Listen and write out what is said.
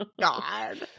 God